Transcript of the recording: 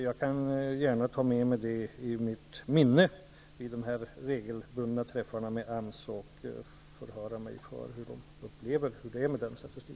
Jag kan gärna ta med mig det som sägs om verklig statistik och vid de regelbundna träffarna med AMS förhöra mig om hur man där upplever att det är.